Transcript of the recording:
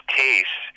case